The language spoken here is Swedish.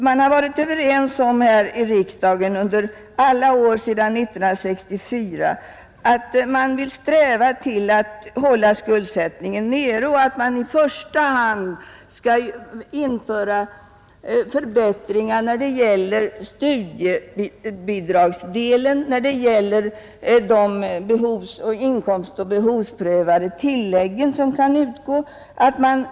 Man har i riksdagen varit överens om att i första hand införa förbättringar i studiebidragsdelen i fråga om de inkomstoch behovsprövade tillägg som kan utgå.